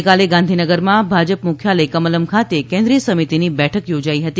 ગઇકાલે ગાંધીનગરમાં ભાજપ મુખ્યાલય કમલમ ખાતે કેન્દ્રિય સમિતિની બેઠક યોજાઈ હતી